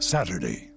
Saturday